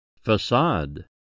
Facade